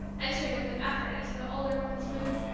entering with an effort into the older woman's mood.